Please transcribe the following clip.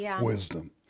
wisdom